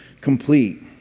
complete